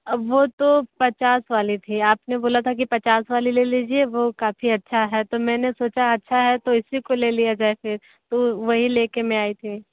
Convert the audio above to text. अब वो तो पचास वाले थे आपने बोला था कि पचास वाले ले लीजिए वो काफ़ी अच्छा है तो मैंने सोचा अच्छा है तो इसी को ले लिया जाए फिर तो वही लेके मैं आई थी